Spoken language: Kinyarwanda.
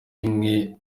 imwe